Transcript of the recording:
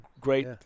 great